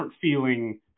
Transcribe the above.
feeling